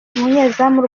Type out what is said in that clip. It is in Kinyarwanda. umunyezamu